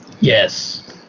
Yes